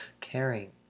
caring